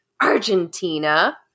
Argentina